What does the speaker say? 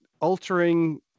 altering